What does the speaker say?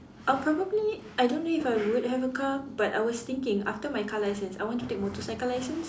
I'll probably I don't know if I would have a car but I was thinking after my car licence I want to take motorcycle licence